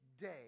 day